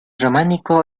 románico